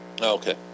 Okay